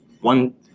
one